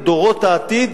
את דורות העתיד,